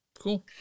Cool